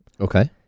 Okay